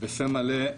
ובפה מלא,